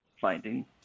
finding